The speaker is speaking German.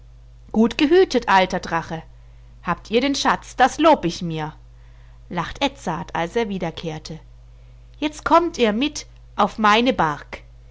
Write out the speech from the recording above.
gut gehütet alter drache habt ihr den schatz das lob ich mir lacht edzard als er wiederkehrte jetzt kommt ihr mit auf meine bark